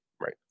right